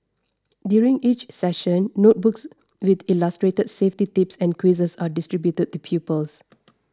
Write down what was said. during each session notebooks with illustrated safety tips and quizzes are distributed to pupils